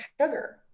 sugar